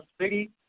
city